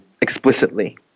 explicitly